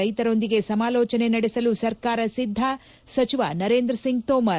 ರೈತರೊಂದಿಗೆ ಸಮಾಲೋಚನೆ ನಡೆಸಲು ಸರ್ಕಾರ ಸಿದ್ದ ಸಚಿವ ನರೇಂದ್ರ ಸಿಂಗ್ ತೋಮರ್